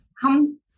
Come